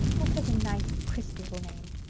that's such a nice, crisp little name.